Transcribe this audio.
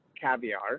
caviar